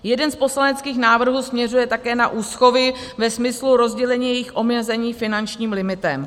Jeden z poslaneckých návrhů směřuje také na úschovy ve smyslu rozdělení jejich omezení finančním limitem.